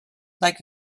like